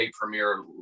premiere